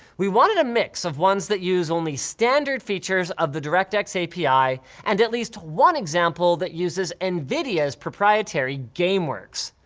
we wanted a mix of ones that use only standard features of the directx api, and at least one example that uses nvidia's proprietary gameworks.